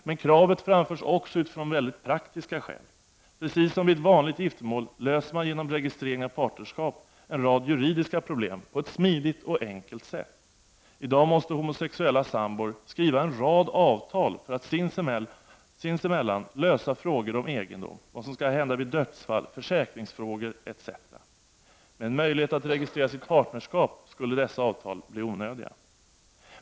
Men kravet framförs också utifrån praktiska skäl. Precis som vid ett vanligt giftermål löser man genom registrering av partnerskap en rad juridiska problem på ett smidigt och enkelt sätt. I dag måste homosexuella sambor skriva en rad avtal för att sinsemellan lösa frågor om egendom, vad som skall hända vid dödsfall, försäkringsfrågor etc. Med en möjlighet att registrera sitt partnerskap skulle dessa avtal bli onödiga.